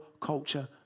culture